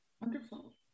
Wonderful